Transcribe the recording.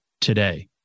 today